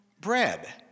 bread